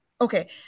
Okay